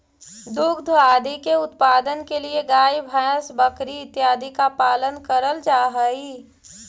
दुग्ध आदि के उत्पादन के लिए गाय भैंस बकरी इत्यादि का पालन करल जा हई